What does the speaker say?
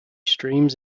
streams